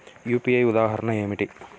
UPI ఉదాహరణ ఏమిటి?